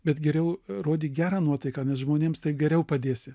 bet geriau rodyk gerą nuotaiką nes žmonėms tai geriau padėsi